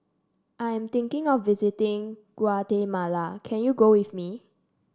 I'm thinking of visiting Guatemala can you go with me